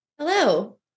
Hello